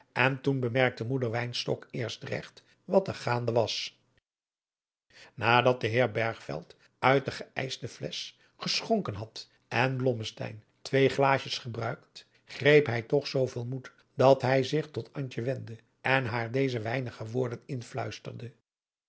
en toen bemerkte moeder wynstok eerst regt wat er gaande was nadat de heer bergveld uit de geeischte flesch geschonken had en blommesteyn twee adriaan loosjes pzn het leven van johannes wouter blommesteyn glaasjes gebruikt greep hij toch zooveel moed dat hij zich tot antje wendde en haar deze weinige woorden inluisterde